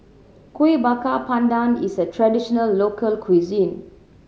Kueh Bakar Pandan is a traditional local cuisine